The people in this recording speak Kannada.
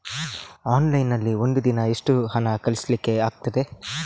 ಆನ್ಲೈನ್ ನಲ್ಲಿ ಒಂದು ದಿನ ಎಷ್ಟು ಹಣ ಕಳಿಸ್ಲಿಕ್ಕೆ ಆಗ್ತದೆ?